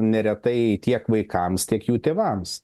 neretai tiek vaikams tiek jų tėvams